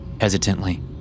Hesitantly